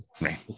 Right